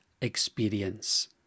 experience